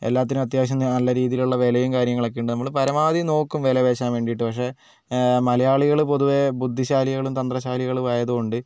എല്ലാത്തിനും അത്യാവശ്യം നല്ല രീതിയിലുള്ള വിലയും കാര്യങ്ങളും ഒക്കെയുണ്ട് നമ്മൾ പരമാവധി നോക്കും വിലപേശാൻ വേണ്ടിയിട്ട് പക്ഷേ മലയാളികൾ പൊതുവേ ബുദ്ധിശാലികളും തന്ത്രശാലികളും ആയതുകൊണ്ട്